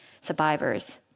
survivors